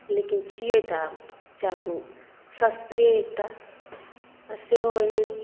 लेकिन छियै तऽ आब चाकू सस्त्रे एकटा सेहो एहन